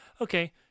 Okay